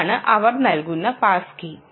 അതാണ് അവർ നൽകുന്ന പാസ് കീ